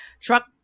truck